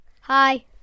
Hi